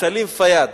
וסלאם פיאד